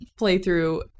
playthrough